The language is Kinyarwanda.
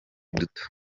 duto